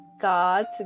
God's